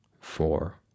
four